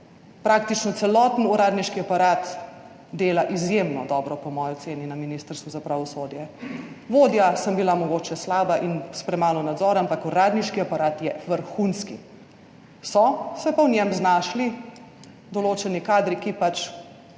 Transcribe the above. Praktično celoten uradniški aparat dela izjemno dobro, po moji oceni, na Ministrstvu za pravosodje. Vodja sem bila mogoče slaba in s premalo nadzora, ampak uradniški aparat je vrhunski, so se pa v njem znašli določeni kadri, ki pač